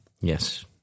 yes